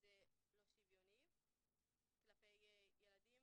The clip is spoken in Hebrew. זה לא שוויוני כלפי ילדים